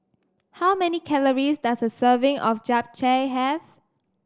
how many calories does a serving of Japchae have